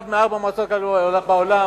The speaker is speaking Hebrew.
אחת מארבע מעצמות כלכליות בעולם.